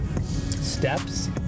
steps